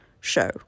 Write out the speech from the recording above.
show